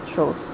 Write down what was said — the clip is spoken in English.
shows